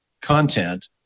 content